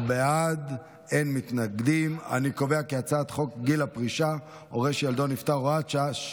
חוק גיל פרישה (הורה שילדו נפטר) (הוראת שעה)